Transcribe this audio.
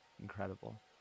incredible